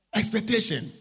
expectation